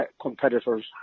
competitors